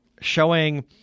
showing –